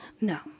No